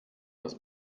das